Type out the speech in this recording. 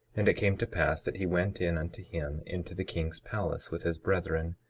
and it came to pass that he went in unto him into the king's palace, with his brethren,